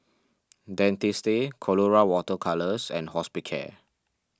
Dentiste Colora Water Colours and Hospicare